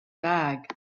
bag